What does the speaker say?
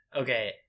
Okay